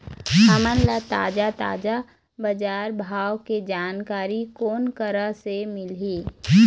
हमन ला ताजा ताजा बजार भाव के जानकारी कोन करा से मिलही?